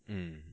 mm